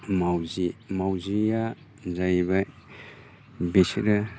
मावजि मावजिया जाहैबाय बिसोर